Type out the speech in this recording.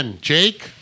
Jake